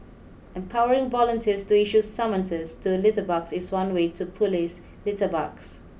empowering volunteers to issue summonses to litterbugs is one way to police litterbugs